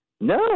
No